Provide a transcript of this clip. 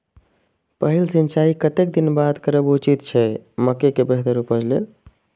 पहिल सिंचाई कतेक दिन बाद करब उचित छे मके के बेहतर उपज लेल?